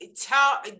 tell